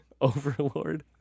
Overlord